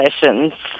sessions